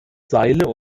seile